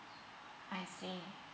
I see